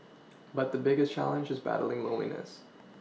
but the biggest challenge is battling loneliness